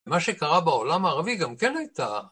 ומה שקרה בעולם הערבי גם כן הייתה.